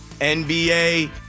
NBA